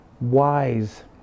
wise